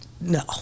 no